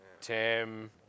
Tim